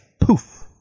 poof